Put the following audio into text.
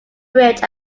bridge